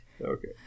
Okay